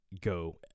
go